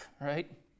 right